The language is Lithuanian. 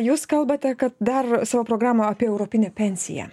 jūs kalbate kad dar savo programą apie europinę pensiją